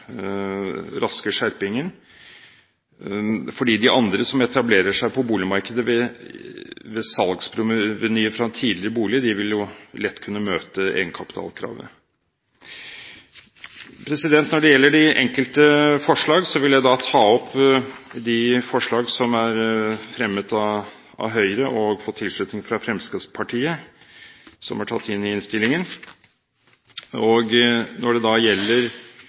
raske skjerpingen, for de andre som etablerer seg på boligmarkedet, med salgsproveny fra en tidligere bolig, vil lett kunne møte egenkapitalkravet. Når det gjelder de enkelte forslag, vil jeg ta opp de forslag som er fremmet av Høyre, og som har fått tilslutning av Fremskrittspartiet. Forslagene er tatt inn i innstillingen. Når det da gjelder